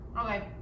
Okay